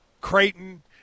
Creighton